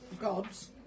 gods